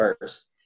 first